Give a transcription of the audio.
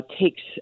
takes